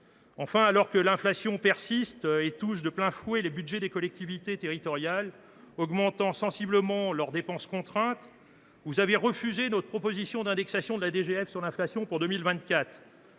Enfin, alors que l’inflation persiste et touche de plein fouet les budgets des collectivités territoriales, augmentant sensiblement leurs dépenses contraintes, vous avez refusé notre proposition d’indexation de la dotation globale